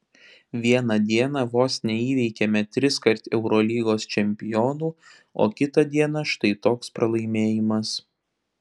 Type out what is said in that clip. vieną dieną vos neįveikėme triskart eurolygos čempionų o kitą dieną štai toks pralaimėjimas